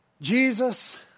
Jesus